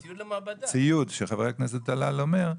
ציוד שחבר הכנסת דלל אומר,